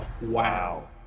Wow